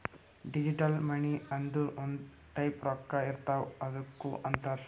digital money ಅಂದುರ್ ಒಂದ್ type ರೊಕ್ಕಾ ಇರ್ತಾವ್ ಅದ್ದುಕ್ ಅಂತಾರ್